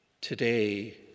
Today